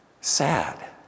Sad